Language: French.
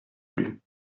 plus